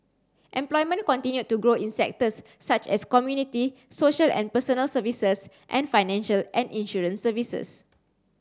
employment continued to grow in sectors such as community social and personal services and financial and insurance services